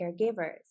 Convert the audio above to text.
caregivers